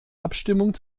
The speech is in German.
abstimmung